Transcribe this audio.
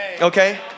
Okay